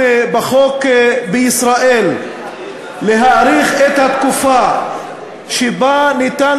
בחוק בישראל להאריך את התקופה שבה ניתן